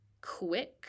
quick